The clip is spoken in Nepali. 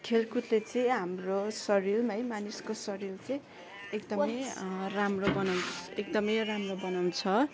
खेलकुदले चै हाम्रो शरीर है मानिसको शरीर चाहिँ एकदमै राम्रो बनाउ एकदमै राम्रो बनाउँछ